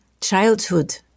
childhood